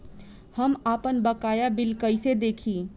हम आपनबकाया बिल कइसे देखि?